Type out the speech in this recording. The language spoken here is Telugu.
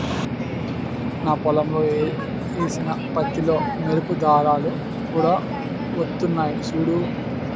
నా పొలంలో ఏసిన పత్తిలో మెరుపు దారాలు కూడా వొత్తన్నయ్ సూడూ